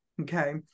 okay